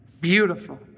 Beautiful